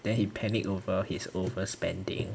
then he panicked over his overspending